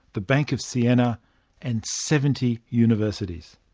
the bank of siena and seventy universities.